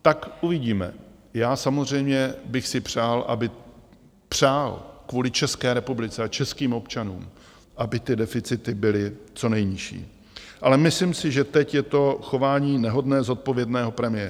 Tak uvidíme, já samozřejmě bych si přál kvůli České republice a českým občanům, aby ty deficity byly co nejnižší, ale myslím si, že teď je to chování nehodné zodpovědného premiéra.